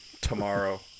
tomorrow